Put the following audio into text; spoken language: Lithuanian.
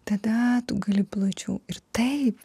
tada tu gali plačiau ir taip